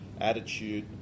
attitude